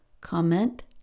comment